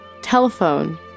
telephone